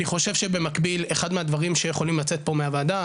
אני חושב שמקביל אחד הדברים שיכולים לצאת פה מהוועדה,